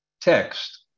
text